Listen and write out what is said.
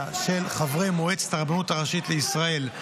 של חברי מועצת הרבנות הראשית לישראל,